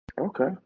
Okay